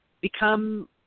become